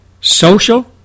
social